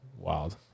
wild